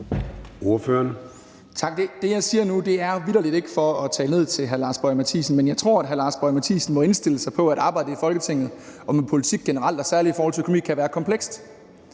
Madsen (S): Tak. Det, jeg siger nu, er jo vitterlig ikke for at tale ned til hr. Lars Boje Mathiesen, men jeg tror, at hr. Lars Boje Mathiesen må indstille sig på, at arbejdet i Folketinget og med politik generelt og særlig i forhold til økonomi kan være komplekst,